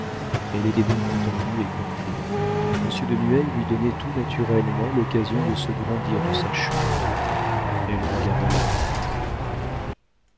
elle était donc entendue et comprise monsieur de nueil lui donnait tout naturellement l'occasion de se grandir de sa chute elle regarda la pendule